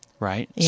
Right